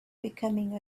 becoming